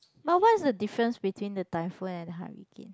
but what is the difference between the typhoon and the hurricane